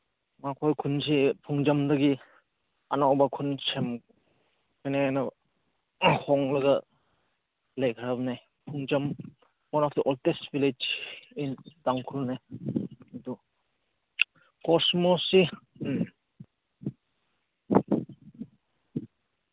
ꯃꯈꯣꯏ ꯈꯨꯟꯁꯤ ꯐꯨꯡꯖꯝꯗꯒꯤ ꯑꯅꯧꯕ ꯈꯨꯟ ꯁꯦꯝꯒꯅꯦꯅ ꯍꯣꯡꯂꯒ ꯂꯩꯈ꯭ꯔꯕꯅꯦ ꯐꯨꯡꯖꯝ one of the oldest village in ꯇꯥꯡꯈꯨꯜꯅꯦ ꯑꯗꯨ ꯀꯣꯁꯃꯣꯁꯁꯤ ꯎꯝ